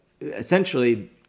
essentially